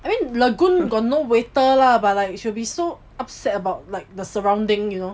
I mean lagoon got no waiter lah but like she will be so upset about like the surrounding you know